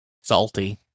Salty